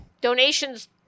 donations